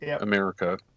America